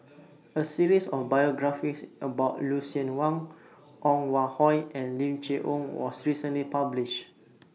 A series of biographies about Lucien Wang Ong Hoi and Lim Chee Onn was recently published